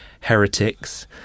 heretics